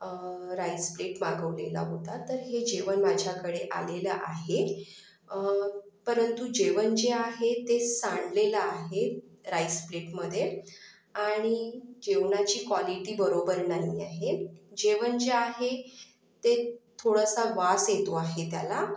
rice plate मागवलेला होता तर हे जेवण माझ्याकडे आलेलं आहे परंतु जेवण जे आहे ते सांडलेलं आहे राईस प्लेटमध्ये आणि जेवणाची क्वालिटी बरोबर नाही आहे जेवण जे आहे ते थोडासा वास येतो आहे त्याला